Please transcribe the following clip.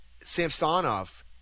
Samsonov